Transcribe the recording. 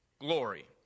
glory